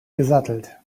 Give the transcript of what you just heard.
gesattelt